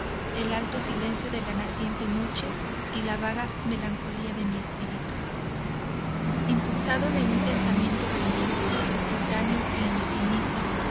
el alto silencio de la naciente noche y la vaga melancolía de mi espíritu impulsado de un sentimiento religioso espontáneo e indefinible